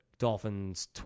Dolphins